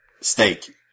Steak